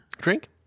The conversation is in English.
drink